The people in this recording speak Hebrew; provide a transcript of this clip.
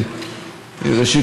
ראשית,